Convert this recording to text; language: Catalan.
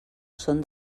són